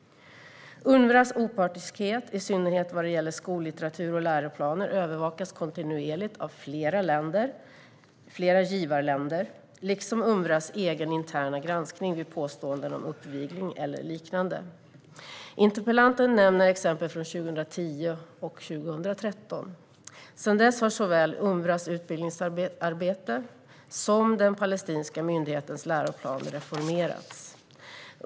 Unrwas opartiskhet, i synnerhet vad gäller skollitteratur och läroplaner, övervakas kontinuerligt av flera givarländer, liksom Unrwas egen interna granskning vid påståenden om uppvigling eller liknande. Interpellanten nämner exempel från 2010 och 2013. Sedan dess har såväl Unrwas utbildningsarbete som den palestinska myndighetens läroplan reformerats.